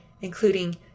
including